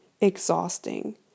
exhausting